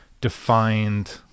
defined